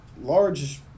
large